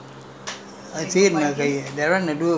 morning ah my unit I will do do for awhile